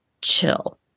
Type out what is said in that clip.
chill